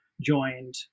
joined